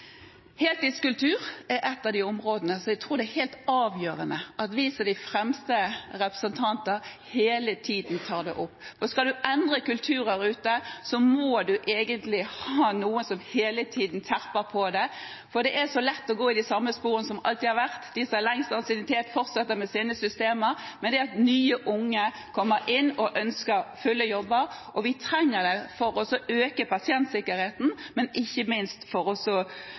synes jeg er et godt utsagn. Heltidskultur er ett av områdene som jeg tror det er helt avgjørende at vi som de fremste representanter tar opp hele tiden. Skal man endre kulturer ute, må man egentlig ha noen som terper på det hele tiden. Det er så lett å gå i de samme sporene som alltid har vært – de med lengst ansiennitet fortsetter med sine systemer. Nye, unge kommer inn og ønsker fulle jobber. Vi trenger det for å øke pasientsikkerheten, men ikke minst for